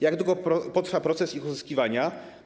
Jak długo potrwa proces ich uzyskiwania?